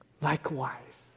Likewise